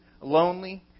lonely